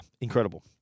incredible